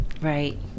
Right